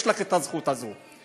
יש לך הזכות הזאת.